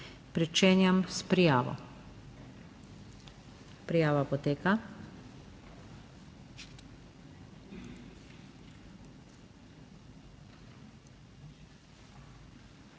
Pričenjam s prijavo. Prijava poteka.